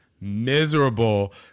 miserable